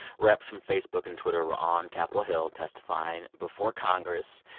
reps from facebook and twitter were on capitol hill, testifying before congress.